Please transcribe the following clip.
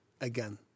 again